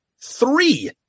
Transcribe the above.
three